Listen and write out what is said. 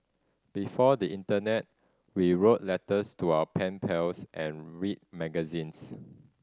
before the internet we wrote letters to our pen pals and read magazines